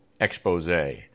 Expose